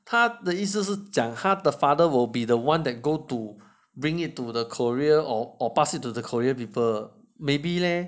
他的意思是讲他的 father will be the one that go to bring it to the courier or or pass it to the courier people maybe leh